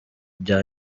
bya